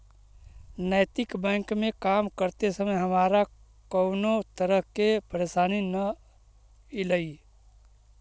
नैतिक बैंक में काम करते समय हमारा कउनो तरह के परेशानी न ईलई